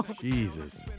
Jesus